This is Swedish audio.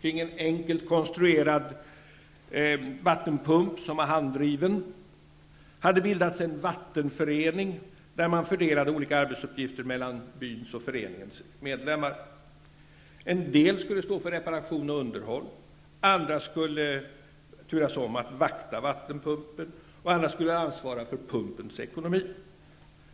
Kring en enkelt konstruerad vattenpump, som var handdriven, hade bildats en ''vattenförening'', där man fördelade olika arbetsuppgifter mellan byns och föreningens medlemmar. En del skulle stå för reparation och underhåll, andra skulle turas om att vakta vattenpumpen, och ytterligare andra skulle ansvara för pumpens ekonomi.